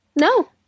No